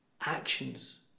actions